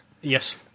Yes